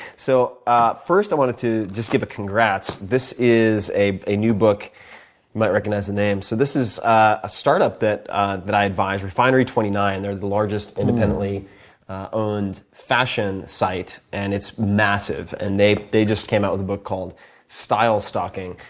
so ah first i wanted to just give a congrats. this is a a new book. you might recognize the name. so this is a startup that ah i i advised, refinery twenty nine. they're the largest independently owned fashion site, and it's massive. and they they just came out with a book called style stalking,